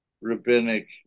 rabbinic